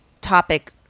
topic